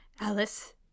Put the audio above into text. Alice